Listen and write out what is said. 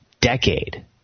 decade